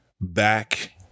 back